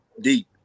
deep